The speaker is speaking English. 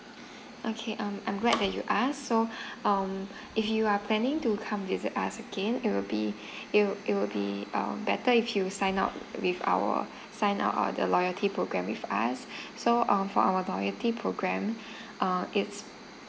okay I'm I'm glad that you asked so um if you are planning to come visit us again it'll be it'll it'll be uh better if you sign up with our sign up uh the loyalty program with us so um for our loyalty program uh it's